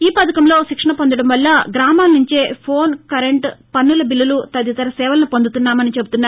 ఈ పథకంలో శిక్షణ పొందడం వల్ల గ్రామాల నుండే ఫోన్ కరెంట్ పన్నుల బిల్లలు తదితర సేవలను పొందుతున్నామని చెబుతున్నారు